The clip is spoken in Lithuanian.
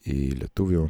į lietuvių